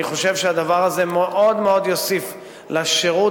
אני חושב שהדבר הזה מאוד מאוד יוסיף לשירות